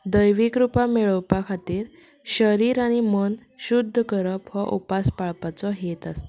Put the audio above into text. दैवीक रुपां मेळोवपा खातीर शरीर आनी मन शुद्ध करप हो उपास पाळपाचो हेत आसता